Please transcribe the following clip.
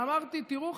ואמרתי: תראו,